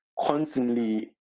constantly